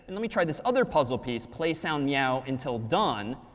let me try this other puzzle piece play sound meow until done,